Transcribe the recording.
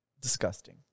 Disgusting